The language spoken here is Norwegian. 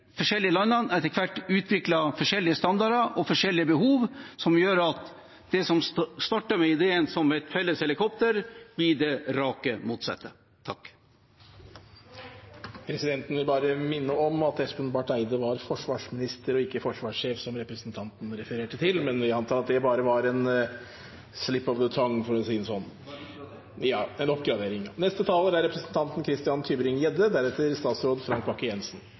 forskjellige landene etter hvert utviklet forskjellige standarder og forskjellige behov, som gjør at det som startet med ideen om et felles helikopter, blir det rakt motsatte. Presidenten vil bare minne om at Espen Barth Eide var forsvarsminister og ikke forsvarssjef, som representanten refererte til, men vil anta at det bare var en «slip of the tongue», for å si det sånn. Det var en oppgradering! En oppgradering, ja! Jeg er